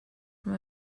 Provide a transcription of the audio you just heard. from